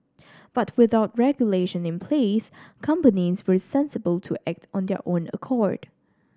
but without regulation in place companies were sensible to act on their own accord